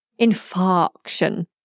Infarction